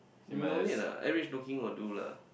no need lah average looking will do lah